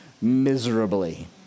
miserably